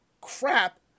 crap